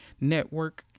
Network